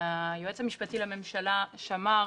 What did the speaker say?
היועץ המשפטי לממשלה שמר